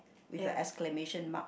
with a exclamation mark